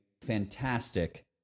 fantastic